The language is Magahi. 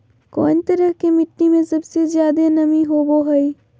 कौन तरह के मिट्टी में सबसे जादे नमी होबो हइ?